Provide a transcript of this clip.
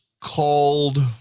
called